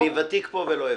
אני ותיק פה ולא הבנתי.